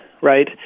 right